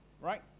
right